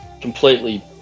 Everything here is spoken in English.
completely